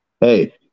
hey